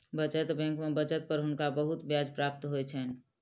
बचत बैंक में बचत पर हुनका बहुत ब्याज प्राप्त होइ छैन